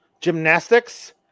gymnastics